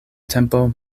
tempo